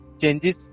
changes